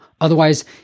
Otherwise